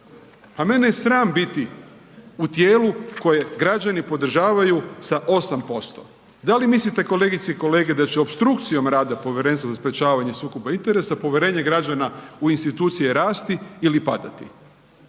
Pa mene je sram biti u tijelu koje građani podržavaju sa 8%. Da li mislite kolegice i kolege da će opstrukcijom rada Povjerenstva za sprječavanje sukoba interesa povjerenje građana u institucije rasti ili padati?